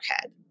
head